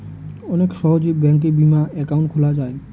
অনেক সহজে ব্যাঙ্কে বিমা একাউন্ট খোলা যায়